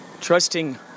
trusting